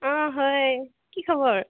অ হয় কি খবৰ